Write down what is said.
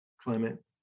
climate